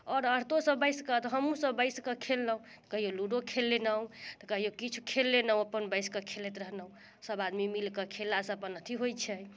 आओर औरतो सब बैसकऽ तऽ हमहुँ सब बैसकऽ खेललहुँ कहियो लूडो खेल लेलहुँ तऽ कहियो किछु खेल लेलहुँ अपन बैसके खेलैत रहलहुँ सब आदमी मिलके खेललासँ अपन अथी होइ छै